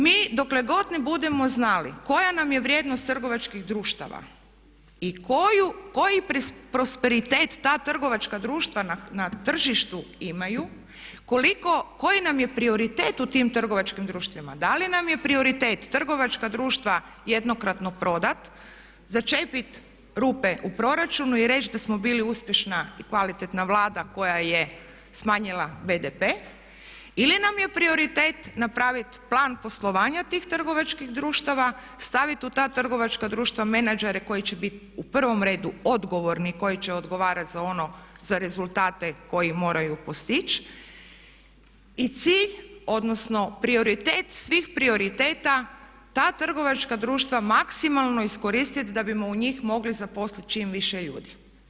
Mi dokle god ne budemo znali koja nam je vrijednost trgovačkih društava i koji prosperitet ta trgovačka društva na tržištu imaju, koji nam je prioritet u tim trgovačkim društvima, da li nam je prioritet trgovačka društva jednokratno prodat, začepit rupe u proračunu i reći da smo bili uspješna i kvalitetna Vlada koja je smanjila BDP ili nam je prioritet napraviti plan poslovanja tih trgovačkih društava, staviti u ta trgovačka društva menadžere koje će bit u prvom redu odgovorni i koji će odgovarati za rezultate koje moraju postići i cilj odnosno prioritet svih prioriteta ta trgovačka društva maksimalno iskoristit da bismo u njih mogli zaposliti čim više ljudi.